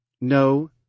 no